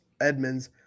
Edmonds